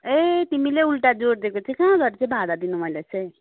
ए तिमीले उल्टा जोडिदिएको चाहिँ कहाँबाट चाहिँ भाडा दिनु मैले चाहिँ